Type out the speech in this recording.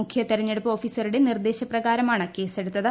മുഖ്യ തെരഞ്ഞെടുപ്പ് ഓഫീസറുടെ നിർദേശപ്രകാരമാണ് കേസെടുത്തത്